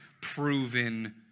proven